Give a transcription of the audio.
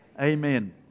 amen